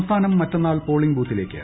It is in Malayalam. സംസ്ഥാനം മറ്റെന്നാൾ പോളിംഗ് ബ്മത്തിലേക്ക്